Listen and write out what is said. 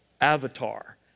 Avatar